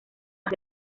más